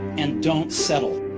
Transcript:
and don't settle.